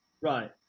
right